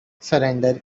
surrender